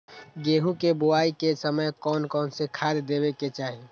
गेंहू के बोआई के समय कौन कौन से खाद देवे के चाही?